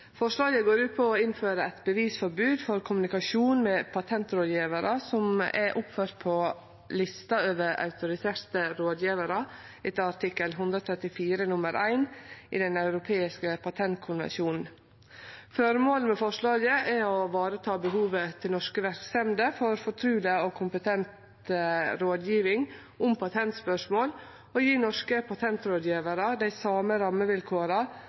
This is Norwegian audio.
Forslaget går ut på å innføre eit bevisforbod for kommunikasjon med patentrådgjevarar som er oppførte på lista over autoriserte rådgjevarar etter artikkel 134 nr. 1 i den europeiske patentkonvensjonen. Føremålet med forslaget er å vareta behovet til norske verksemder for fortruleg og kompetent rådgjeving om patentspørsmål, og å gje norske patentrådgjevarar dei same rammevilkåra